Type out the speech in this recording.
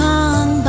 on